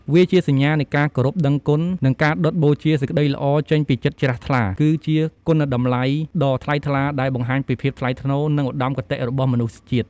វាជាសញ្ញានៃការគោរពដឹងគុណ និងការដុតបូជាសេចក្តីល្អចេញពីចិត្តជ្រះថ្លា គឺជាគុណតម្លៃដ៏ថ្លៃថ្លាដែលបង្ហាញពី ភាពថ្លៃថ្នូរ និងឧត្តមគតិ របស់មនុស្សជាតិ។